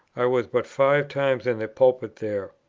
i was but five times in the pulpit there.